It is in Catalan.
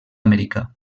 americà